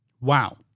Wow